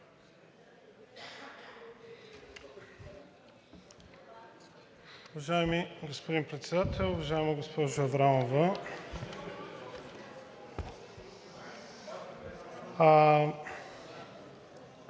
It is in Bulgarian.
Уважаеми господин председател, уважаема госпожо Аврамова!